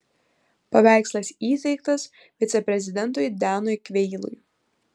paveikslas įteiktas viceprezidentui denui kveilui